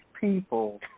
people